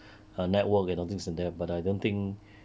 err network and things like that but I don't think